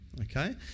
okay